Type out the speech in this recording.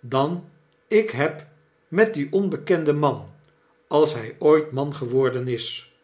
dan ik heb met dienonbekenden man als hg ooit man geworden is